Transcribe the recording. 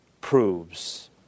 proves